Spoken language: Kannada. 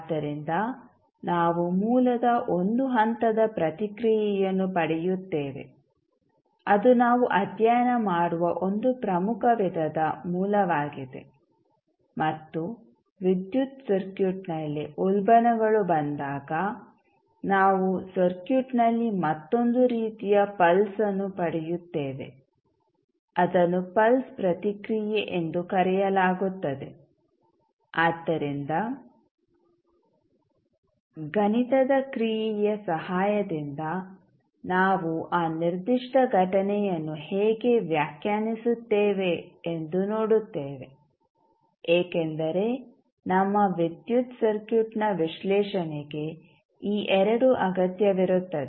ಆದ್ದರಿಂದ ನಾವು ಮೂಲದ ಒಂದು ಹಂತದ ಪ್ರತಿಕ್ರಿಯೆಯನ್ನು ಪಡೆಯುತ್ತೇವೆ ಅದು ನಾವು ಅಧ್ಯಯನ ಮಾಡುವ ಒಂದು ಪ್ರಮುಖ ವಿಧದ ಮೂಲವಾಗಿದೆ ಮತ್ತು ವಿದ್ಯುತ್ ಸರ್ಕ್ಯೂಟ್ನಲ್ಲಿ ಉಲ್ಬಣಗಳು ಬಂದಾಗ ನಾವು ಸರ್ಕ್ಯೂಟ್ನಲ್ಲಿ ಮತ್ತೊಂದು ರೀತಿಯ ಪಲ್ಸ್ಅನ್ನು ಪಡೆಯುತ್ತೇವೆ ಅದನ್ನು ಪಲ್ಸ್ ಪ್ರತಿಕ್ರಿಯೆ ಎಂದು ಕರೆಯಲಾಗುತ್ತದೆ ಆದ್ದರಿಂದ ಗಣಿತದ ಕ್ರಿಯೆಯ ಸಹಾಯದಿಂದ ನಾವು ಆ ನಿರ್ದಿಷ್ಟ ಘಟನೆಯನ್ನು ಹೇಗೆ ವ್ಯಾಖ್ಯಾನಿಸುತ್ತೇವೆ ಎಂದು ನೋಡುತ್ತೇವೆ ಏಕೆಂದರೆ ನಮ್ಮ ವಿದ್ಯುತ್ ಸರ್ಕ್ಯೂಟ್ನ ವಿಶ್ಲೇಷಣೆಗೆ ಈ ಎರಡು ಅಗತ್ಯವಿರುತ್ತದೆ